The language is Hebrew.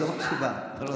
אני מקשיבה, אני מקשיבה.